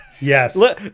Yes